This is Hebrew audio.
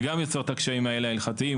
וגם יוצר את הקשיים האלה ההלכתיים,